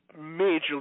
majorly